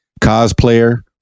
cosplayer